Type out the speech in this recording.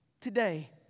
Today